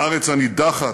הארץ הנידחת,